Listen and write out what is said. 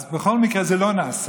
אז בכל מקרה, זה לא נעשה.